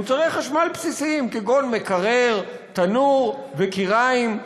מוצרי חשמל בסיסיים כגון מקרר, תנור, כיריים,